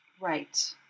Right